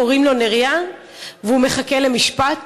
קוראים לו נריה, והוא מחכה למשפט